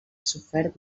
sofert